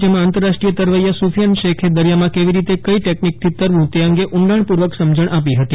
જેમાં આંતરરાષ્ટ્રીય તરવૈયા સુફિયાન શેખે દરિયામાં કેવી રીતે કઈ ટેકનિકથી તરવું તે અંગે ઊંડાણપૂર્વક સમજણ આપી હતી